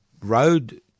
road